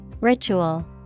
Ritual